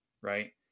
right